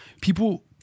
people